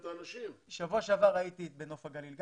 בשבוע שעבר הייתי בנוף הגליל.